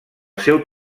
seu